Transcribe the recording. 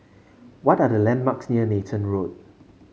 what are the landmarks near Nathan Road